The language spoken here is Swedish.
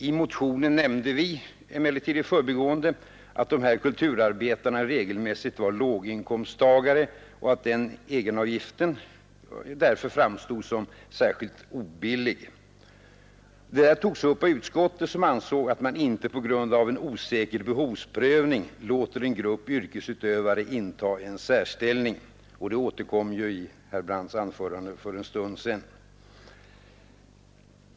I motionen nämnde vi emellertid i förbigående att de här kuiturarbetarna regelmässigt var låginkomsttagare och att den egenavgiften därför framstod som särskilt obillig. Det här togs upp av utskottet som ansåg att man inte på grund av ”en osäker behovsprövning låter en grupp yrkesutövare inta en särställning”. Och det återkom ju i herr Brandts framförande för en stund sedan.